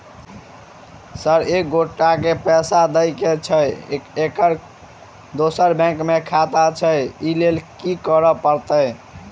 Sir एक एगोटा केँ पैसा देबाक छैय ओकर दोसर बैंक मे खाता छैय ओकरा लैल की करपरतैय?